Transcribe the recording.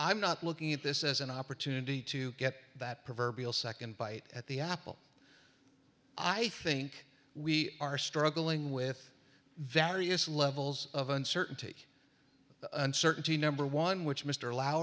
i'm not looking at this as an opportunity to get that proverbial second bite at the apple i think we are struggling with various levels of uncertainty uncertainty number one which mr